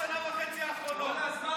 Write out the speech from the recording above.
בשנה וחצי האחרונות,